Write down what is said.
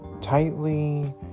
tightly